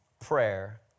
prayer